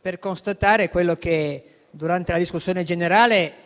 per constatare quello che durante la discussione generale